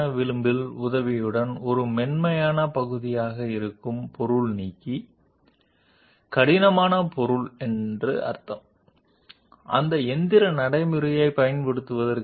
ఆ మ్యాచింగ్ విధానాన్ని ఉపయోగించకుండా మేము డై సింకింగ్ మోడ్లో ఎలక్ట్రికల్ డిశ్చార్జ్ మ్యాచింగ్ని ఉపయోగిస్తున్నాము మరియు రాగి లేదా గ్రాఫైట్ ఎలక్ట్రోడ్ల సహాయంతో డై మెటీరియల్పై ఆకారాన్ని పొందుతున్నాము